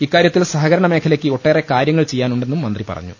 ഇക്കാര്യത്തിൽ സഹകരണ മേഖലയ്ക്ക് ഒട്ടേറെ കാര്യങ്ങൾ ചെയ്യാനുണ്ടെന്നും മന്ത്രി പറഞ്ഞു